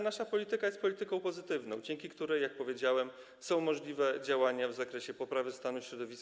Nasza polityka jest polityką pozytywną, dzięki której - jak powiedziałem - są możliwe działania w zakresie poprawy stanu środowiska.